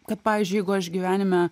kad pavyzdžiui jeigu aš gyvenime